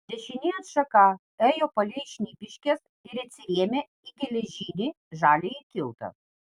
dešinė atšaka ėjo palei šnipiškes ir atsirėmė į geležinį žaliąjį tiltą